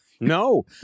No